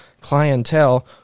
clientele